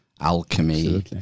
alchemy